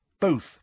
Both